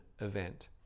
event